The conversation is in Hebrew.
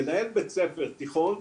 מנהל בית ספר תיכון,